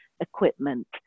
equipment